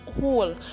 whole